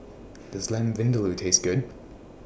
Does Lamb Vindaloo Taste Good